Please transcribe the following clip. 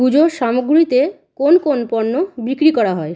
পুজোর সামগ্রীতে কোন কোন পণ্য বিক্রি করা হয়